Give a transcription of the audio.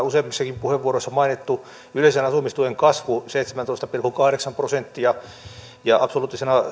useammissakin puheenvuoroissa mainittu yleisen asumistuen kasvu seitsemäntoista pilkku kahdeksan prosenttia ja absoluuttisena